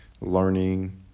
learning